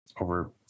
over